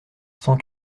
cent